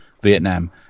vietnam